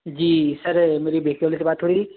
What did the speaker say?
जी sir मेरी bakery वाले से बात हो रही है